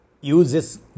uses